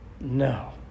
No